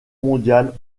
mondiale